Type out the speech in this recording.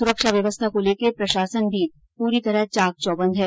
सुरक्षा व्यवस्था को लेकर प्रशासन भी पूरी तरह चाक चौबंद है